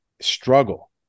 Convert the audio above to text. struggle